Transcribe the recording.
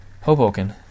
Hoboken